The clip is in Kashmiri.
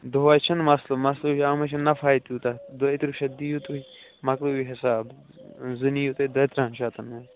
دۄہَے چھُنہٕ مسلہٕ مسلہٕ چھُ اَتھ منٛز چھُنہٕ نفہٕے تیوٗتاہ دۄیہِ تٕرٛہ شَتھ دِیِو تُہۍ مَکلٲیِو حِساب زٕ نِیِو تُہۍ دۄیہِ تٕرٛہن شَتن